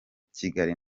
kigali